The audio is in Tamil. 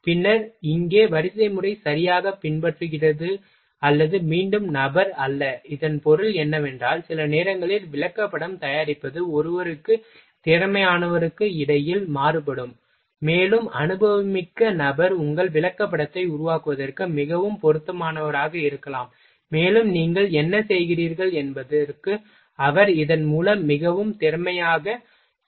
பின்னர் இங்கே வரிசைமுறை சரியாகப் பின்பற்றப்படுகிறது அல்லது மீண்டும் நபர் அல்ல இதன் பொருள் என்னவென்றால் சில நேரங்களில் விளக்கப்படம் தயாரிப்பது ஒருவருக்கு திறமையானவருக்கு இடையில் மாறுபடும் மேலும் அனுபவமிக்க நபர் உங்கள் விளக்கப்படத்தை உருவாக்குவதற்கு மிகவும் பொருத்தமானவராக இருக்கலாம் மேலும் நீங்கள் என்ன செய்கிறீர்கள் என்பதற்கு அவர் இதன் மூலம் மிகவும் திறமையாக இந்த விளக்கப்படத்தை வழிவகை செய்வார்